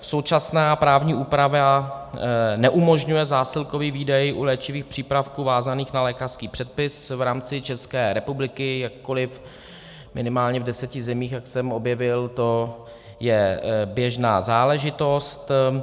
Současná právní úprava neumožňuje zásilkový výdej u léčivých přípravků vázaných na lékařský předpis v rámci České republiky, jakkoliv minimálně v deseti zemích, jak jsem objevil, to je běžná záležitost.